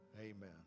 amen